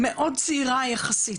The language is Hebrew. מאוד צעירה יחסית.